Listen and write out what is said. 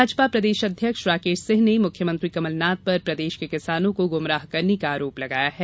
भाजपा प्रदेश अध्यक्ष राकेश सिंह ने मुख्यमंत्री कमलनाथ पर प्रदेश के किसानों को गुमराह करने का आरोप लगाया है